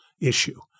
issue